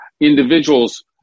individual's